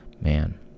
man